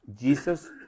Jesus